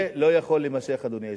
זה לא יכול להימשך, אדוני היושב-ראש,